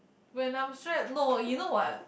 when I'm stressed no you know what